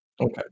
Okay